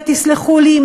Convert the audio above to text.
ותסלחו לי,